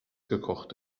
gekocht